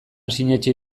sinetsi